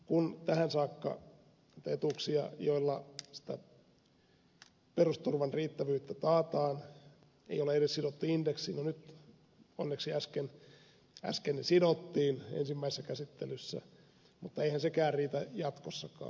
kun tähän saakka etuuksia joilla sitä perusturvan riittävyyttä taataan ei ole edes sidottu indeksiin niin nyt onneksi äsken ne sidottiin ensimmäisessä käsittelyssä mutta eihän sekään riitä jatkossakaan